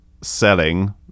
selling